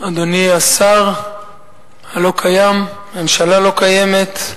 אדוני השר הלא-קיים, ממשלה לא קיימת,